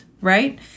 right